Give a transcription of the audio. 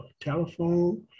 telephone